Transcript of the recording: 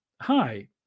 Hi